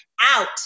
out